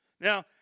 Now